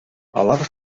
алар